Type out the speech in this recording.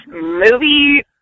movie